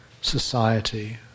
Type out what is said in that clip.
society